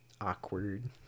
awkward